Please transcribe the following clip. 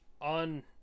On